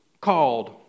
called